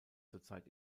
zurzeit